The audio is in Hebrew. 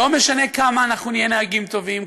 שלא משנה כמה נהיה נהגים טובים,